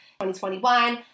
2021